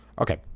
Okay